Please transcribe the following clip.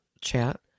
chat